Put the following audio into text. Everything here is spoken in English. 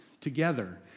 together